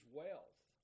wealth